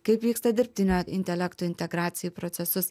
kaip vyksta dirbtinio intelekto integracija į procesus